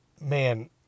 man